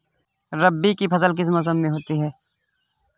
रबी की फसल किस मौसम में होती है?